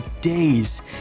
days